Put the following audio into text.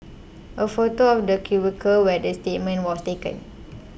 a photo of the cubicle where the statement was taken